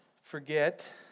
forget